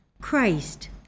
Christ